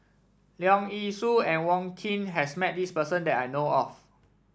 Leong Yee Soo and Wong Keen has met this person that I know of